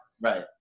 Right